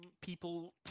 people